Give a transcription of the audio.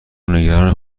نگران